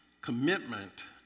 commitment